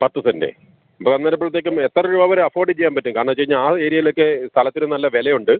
പത്ത് സെൻറ്റ് അന്നേരം അപ്പോഴത്തേക്കും എത്ര രൂപ വരെ അഫോർഡ് ചെയ്യാൻ പറ്റും കാരണച്ച് കഴിഞ്ഞാൽ ആ ഏരിയേലൊക്കെ സ്ഥലത്തിന് നല്ല വിലയുണ്ട്